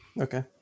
okay